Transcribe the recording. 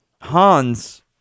Hans